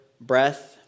breath